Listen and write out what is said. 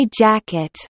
jacket